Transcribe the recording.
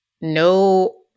No